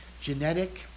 genetic